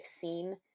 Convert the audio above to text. seen